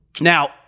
Now